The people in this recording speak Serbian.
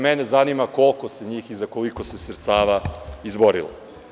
Mene zanima koliko se njih i za koliko sredstava izborilo?